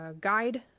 guide